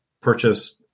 purchase